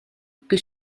que